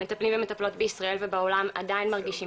מטפלים ומטפלות בישראל ובעולם עדיין מרגישים